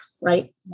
right